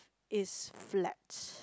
is flat